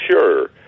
sure